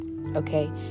okay